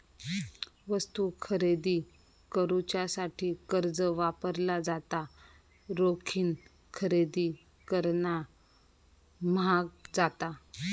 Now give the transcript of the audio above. वस्तू खरेदी करुच्यासाठी कर्ज वापरला जाता, रोखीन खरेदी करणा म्हाग जाता